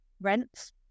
rents